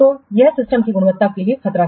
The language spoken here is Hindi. तो यह सिस्टम की गुणवत्ता के लिए खतरा है